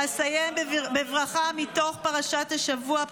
אסיים בברכה מתוך פרשת השבוע,